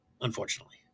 unfortunately